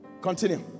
continue